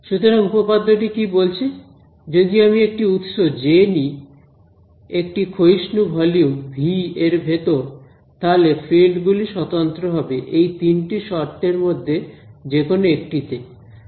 সুতরাং উপপাদ্য টি কি বলছে যদি আমি একটি উৎস জে নিই একটি ক্ষয়িষ্ণু ভলিউম ভি এর ভেতর তাহলে ফিল্ড গুলি স্বতন্ত্র হবে এই তিনটি শর্তের মধ্যে যেকোনো একটিতে